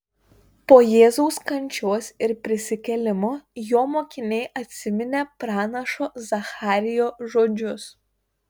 po jėzaus kančios ir prisikėlimo jo mokiniai atsiminė pranašo zacharijo žodžius